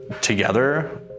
together